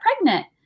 pregnant